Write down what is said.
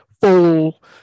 full